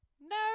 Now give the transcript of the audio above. no